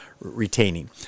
retaining